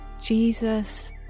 jesus